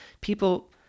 People